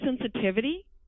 sensitivity